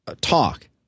talk